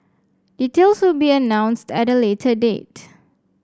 details will be announced at a later date